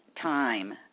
time